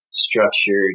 structured